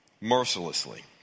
mercilessly